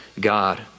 God